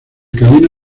camino